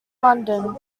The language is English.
london